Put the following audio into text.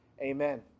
Amen